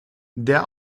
der